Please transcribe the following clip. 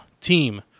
team